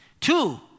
Two